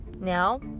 Now